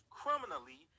criminally